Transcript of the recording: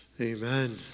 Amen